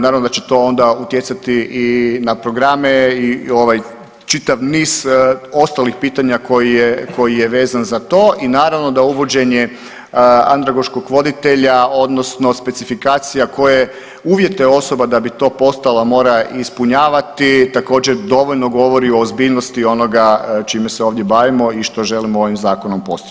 Naravno da će to onda utjecati i na programe i ovaj čitav niz ostalih pitanja koji je, koji je vezan za to i naravno da uvođenje andragoškog voditelja odnosno specifikacija koje uvjetuje osoba da bi to postala mora ispunjavati također dovoljno govori o ozbiljnosti onoga čime se ovdje bavimo i što želimo ovim zakonom postići.